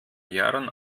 jahren